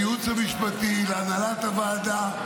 לייעוץ המשפטי, להנהלת הוועדה,